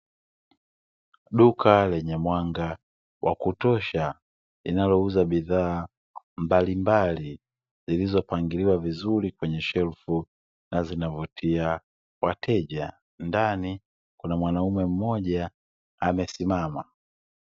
Duka lenye mwanga wa kutosha, linalouza bidhaa mbalimbali, zilizopangiliwa vizuri kwenye shelfu na zinavutia wateja. Ndani kuna mwanamume mmoja amesimama.